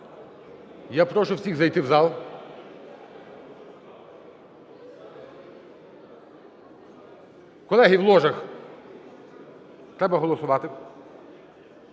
Я прошу всіх зайти в зал. Колеги в ложах, треба голосувати.